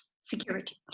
security